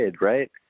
right